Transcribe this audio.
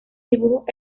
dibujos